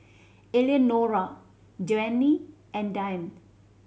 Eleanora Joanie and Diane